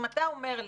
אם אתה אומר לי: